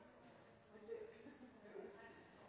har de